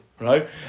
right